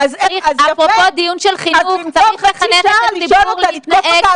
אבל בסוף כשצריך לממש את --- רק כל הזמן שואלים אותה מה מקדם ההדבקה,